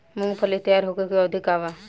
मूँगफली तैयार होखे के अवधि का वा?